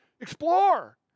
explore